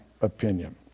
opinion